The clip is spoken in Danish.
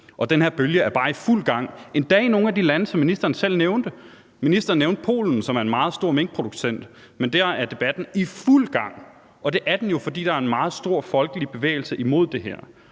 den her bølge er bare i fuld gang, endda i nogle af de lande, som ministeren selv nævnte. Ministeren nævnte Polen, som er en meget stor minkproducent, men der er debatten i fuld gang, og det er den jo, fordi der er en meget stor folkelig bevægelse imod det her.